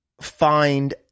find